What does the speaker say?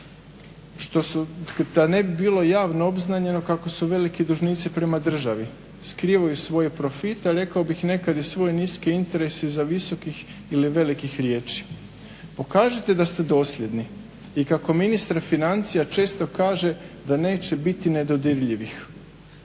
da ne bi bilo javno obznanjeno kako su veliki dužnici prema državi. Skrivaju svoje profite, a rekao bih nekad i svoje niske interese iza visokih ili velikih riječi. Pokažite da ste dosljedni i kako ministar financija često kaže da neće biti nedodirljivih.